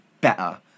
better